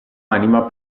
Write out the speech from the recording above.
anima